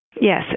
Yes